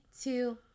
two